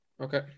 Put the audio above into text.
okay